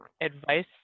advice